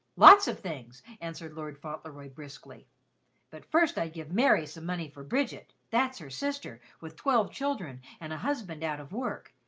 lots of things! answered lord fauntleroy briskly but first i'd give mary some money for bridget, that's her sister, with twelve children, and a husband out of work.